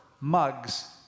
mugs